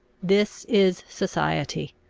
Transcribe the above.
this is society.